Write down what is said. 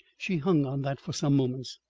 she hung on that for some moments.